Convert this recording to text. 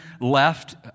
left